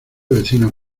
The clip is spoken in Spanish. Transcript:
vecino